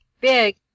big